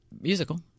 musical